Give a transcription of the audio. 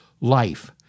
life